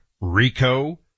RICO